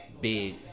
big